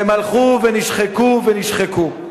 והן הלכו ונשחקו ונשחקו.